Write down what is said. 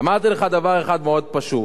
אמרתי לך דבר אחד מאוד פשוט,